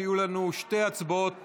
אנחנו נבצע שתי הצבעות